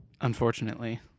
Unfortunately